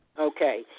Okay